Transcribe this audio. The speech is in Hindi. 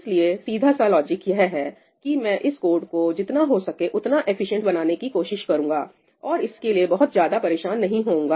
इसलिए सीधा सा लॉजिक यह है कि मैं इस कोड को जितना हो सके उतना एफिशिएंट बनाने की कोशिश करूंगा और इसके लिए बहुत ज्यादा परेशान नहीं होऊंगा